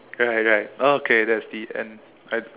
right right okay that's the end I